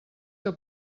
que